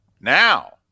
Now